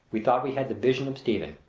we thought we had the vision of stephen.